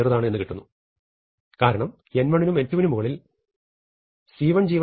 g2 എന്ന് കിട്ടുന്നു കാരണം n1 നും n2 വിനും മുകളിൽ f1 c1